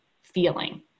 feeling